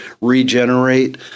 regenerate